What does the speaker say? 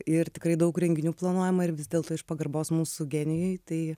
ir tikrai daug renginių planuojama ir vis dėlto iš pagarbos mūsų genijui tai